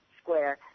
Square